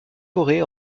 forêt